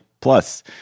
Plus